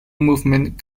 movement